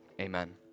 amen